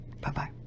Bye-bye